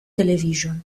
television